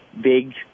big